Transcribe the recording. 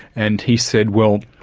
and he said, well,